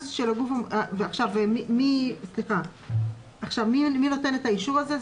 עכשיו מי נותן את האישור הזה?